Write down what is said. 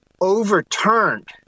overturned